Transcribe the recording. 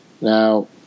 Now